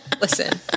Listen